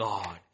God